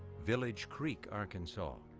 village creek, arkansas,